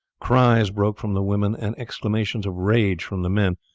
cries broke from the women, and exclamations of rage from the men,